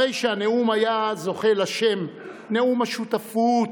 הרי שהנאום היה זוכה לשם "נאום השותפות"